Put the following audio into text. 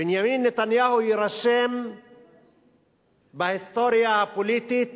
בנימין נתניהו יירשם בהיסטוריה הפוליטית